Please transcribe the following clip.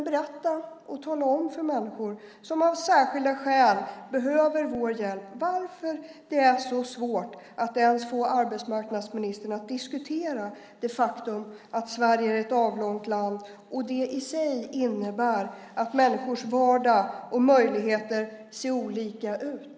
Berätta och tala om för människor som av särskilda skäl behöver vår hjälp varför det är så svårt att ens få arbetsmarknadsministern att diskutera det faktum att Sverige är ett avlångt land och att det i sig innebär att människors vardag och möjligheter ser olika ut!